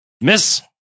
Miss